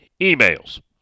Emails